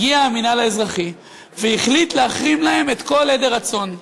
הגיע המינהל האזרחי והחליט להחרים להם את כל עדר הצאן.